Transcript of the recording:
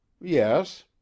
Yes